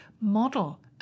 model